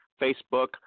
Facebook